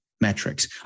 metrics